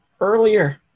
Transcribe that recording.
earlier